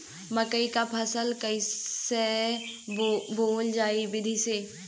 मकई क फसल कईसे बोवल जाई विधि से?